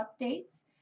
updates